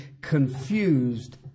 confused